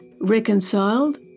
reconciled